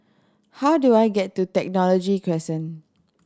how do I get to Technology Crescent